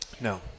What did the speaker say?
No